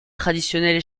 traditionnel